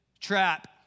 trap